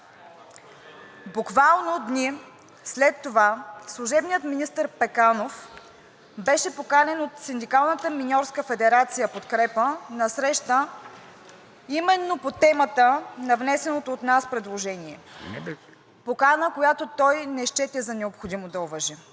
Буквално дни след това служебният министър Пеканов беше поканен от Синдикалната миньорска федерация „Подкрепа“ на среща именно по темата на внесеното от нас предложение. Покана, която той не счете за необходимо да уважи.